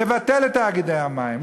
לבטל את תאגידי המים,